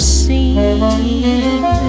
seen